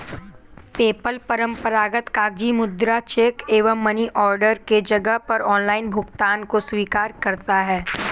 PayPal परंपरागत कागजी मुद्रा, चेक एवं मनी ऑर्डर के जगह पर ऑनलाइन भुगतान को स्वीकार करता है